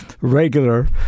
regular